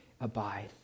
abide